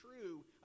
true